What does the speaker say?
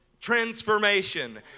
transformation